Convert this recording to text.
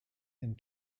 and